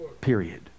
period